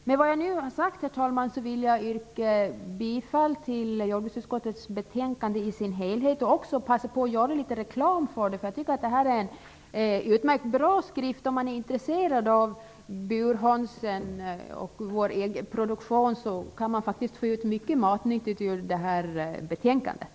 Med vad jag nu har sagt, herr talman, vill jag yrka bifall till utskottets hemställan på samtliga punkter i jordbruksutskottets betänkande. Jag vill också passa på att göra litet reklam för betänkandet. Jag tycker nämligen att det är en utmärkt bra skrift, och om man är intresserad av burhönsen och vår äggproduktion kan man faktiskt få ut mycket matnyttigt ur betänkandet.